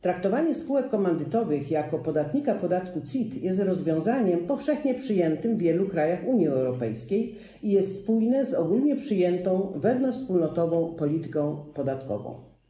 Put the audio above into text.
Traktowanie spółek komandytowych jako podatnika podatku CIT jest rozwiązaniem powszechnie przyjętym w wielu krajach Unii Europejskiej i jest spójne z ogólnie przyjętą wewnątrzwspólnotową polityką podatkową.